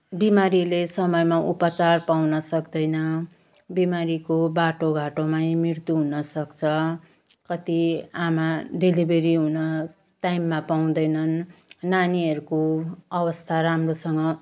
बिमारीले समयमा उपचार पाउन सक्तैन बिमारीको बाटोघाटोमै मृत्यु हुनसक्छ कति आमा डेलिभेरी हुन टाइममा पाउँदैनन् नानीहरूको अवस्था राम्रोसँग